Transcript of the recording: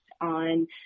on